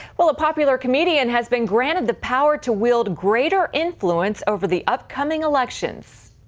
well, a popular comedian has been granted the power to wield greater influence over the upcoming elections.